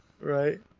Right